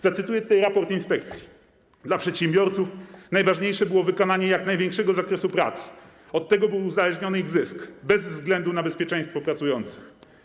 Zacytuję tutaj raport inspekcji: Dla przedsiębiorców najważniejsze było wykonanie jak największego zakresu prac, od tego był uzależniony ich zysk, bez względu na bezpieczeństwo pracujących.